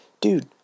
Dude